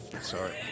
sorry